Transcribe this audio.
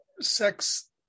sex